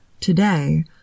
Today